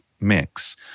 mix